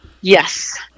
Yes